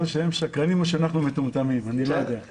או שהם שקרנים או שאנחנו מטומטמים, אני לא יודע.